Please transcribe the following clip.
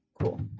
Cool